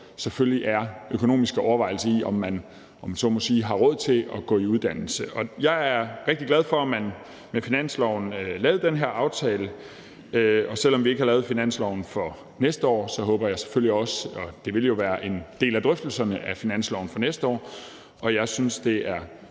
selvfølgelig er økonomisk overvejelser i, om man, om jeg så må sige, har råd til at gå i uddannelse. Jeg er rigtig glad for, at man med finansloven lavede den her aftale, og selv om vi ikke har lavet finansloven for næste år, vil det jo være en del af drøftelserne om finansloven for næste år. Jeg synes, det er